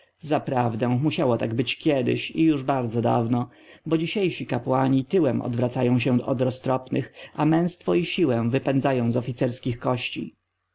roztropność zaprawdę musiało tak być kiedyś i już bardzo dawno bo dzisiejsi kapłani tyłem odwracają się od roztropnych a męstwo i siłę wypędzają z oficerskich kości